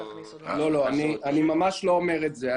לא, אני ממש לא אומר את זה.